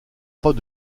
pas